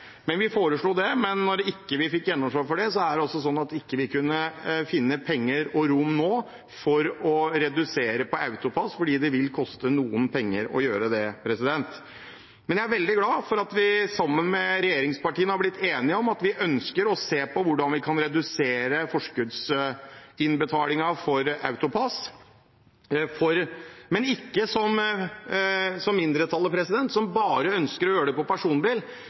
vi ikke nå finne penger og rom for å redusere på AutoPASS, fordi det vil koste noen penger å gjøre det. Jeg er likevel veldig glad for at vi sammen med regjeringspartiene har blitt enige om at vi ønsker å se på hvordan vi kan redusere forskuddsinnbetalingen i AutoPASS, men ikke som mindretallet, som bare ønsker å gjøre det for personbil.